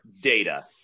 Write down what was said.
data